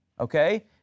Okay